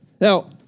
Now